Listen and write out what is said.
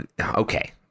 Okay